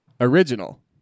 Original